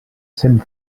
cent